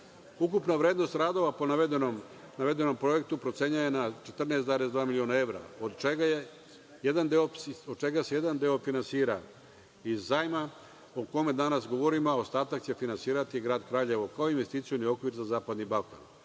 vrednost radova po navedenom projektu procenjena je na 14,2 miliona evra od čega se jedan deo finansira iz zajma o kome danas govorimo, a ostatak će finansirati Grad Kraljevo, kao i investicioni okvir za zapadni Balkan. Ovaj